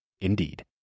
Indeed